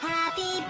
Happy